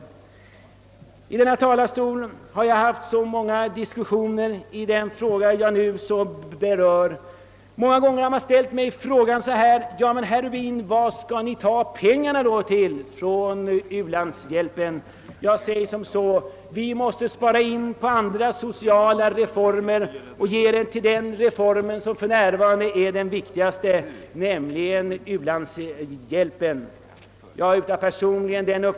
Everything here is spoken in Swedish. Från denna talarstol har jag fört många diskussioner i den fråga jag nu berör. Många gånger har man ställt mig frågan: Men, herr Rubin, varifrån skall ni ta pengarna till u-hjälpen? Jag säger då: Vi mås te spara in på andra reformer och ge pengarna till den reform som för närvarande är den viktigaste, nämligen uhjälpen.